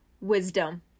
wisdom